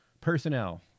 personnel